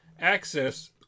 access